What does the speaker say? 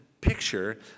picture